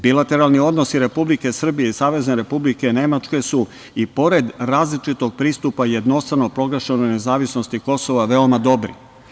Bilateralni odnosi Republike Srbije i Savezne Republike Nemačke su i pored različitog pristupa jednostrano proglašenoj nezavisnosti Kosova veoma dobri.